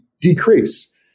decrease